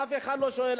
אף אחד לא שואל.